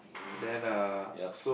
um yup